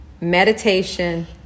meditation